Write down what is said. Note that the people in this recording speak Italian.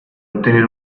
ottenere